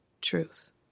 truth